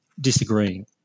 disagreeing